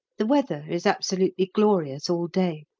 the weather is absolutely glorious all day,